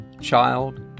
child